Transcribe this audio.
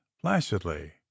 placidly